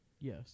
Yes